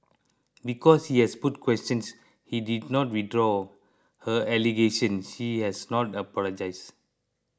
because she has put questions she did not withdraw her allegation she has not apologized